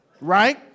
Right